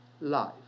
life